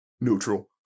neutral